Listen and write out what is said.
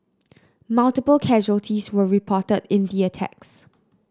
multiple casualties were reported in the attacks